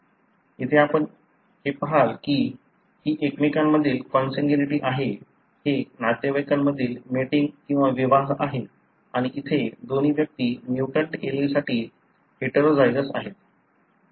इथे आपण हे पहाल की ही एकमेकांमधील कॉन्सन्ग्यूनिटी आहे हे नातेवाईकांमधील मेटींग किंवा विवाह आहे आणि इथे दोन्ही व्यक्ती म्युटंट एलीलसाठी हेटेरोझायगस आहेत